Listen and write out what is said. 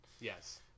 yes